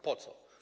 Po co?